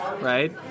right